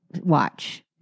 watch